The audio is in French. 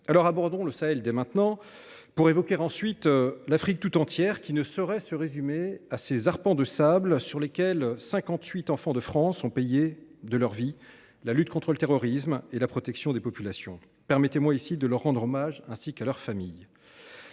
la question du Sahel dès maintenant, pour évoquer ensuite l’Afrique tout entière, qui ne saurait se résumer à ces arpents de sable sur lesquels 58 enfants de France ont payé de leur vie la lutte contre le terrorisme et la protection des populations. Permettez moi ici de leur rendre hommage, ainsi qu’à leurs familles.